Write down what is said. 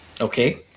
Okay